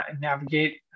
navigate